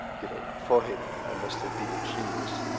you know, for him, i must have been a genius,